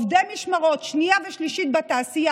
עובדי משמרות שנייה ושלישית בתעשייה,